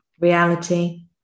Reality